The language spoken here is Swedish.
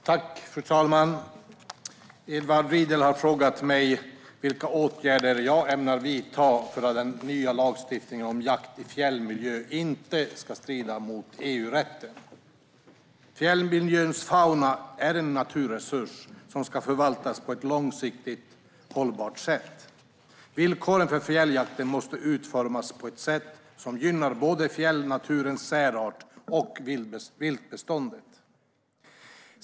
Svar på interpellationer Fru talman! Edward Riedl har frågat mig vilka åtgärder jag ämnar vidta för att den nya lagstiftningen om jakt i fjällmiljö inte ska strida mot EU-rätten. Fjällmiljöns fauna är en naturresurs som ska förvaltas på ett långsiktigt hållbart sätt. Villkoren för fjälljakten måste utformas på ett sätt som gynnar både fjällnaturens särart och viltbestånden.